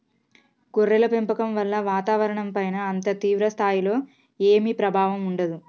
గొర్రెల పెంపకం వల్ల వాతావరణంపైన అంత తీవ్ర స్థాయిలో ఏమీ ప్రభావం ఉండదు